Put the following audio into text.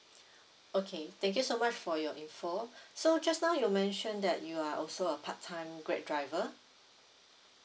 okay thank you so much for your info so just now you mention that you are also a part time grab driver